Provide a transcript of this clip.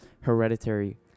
Hereditary